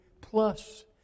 plus